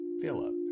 Philip